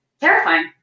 terrifying